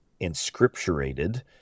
inscripturated